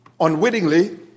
unwittingly